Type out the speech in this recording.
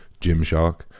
Gymshark